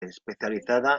especializada